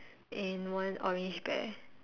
and one orange bear